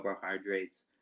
carbohydrates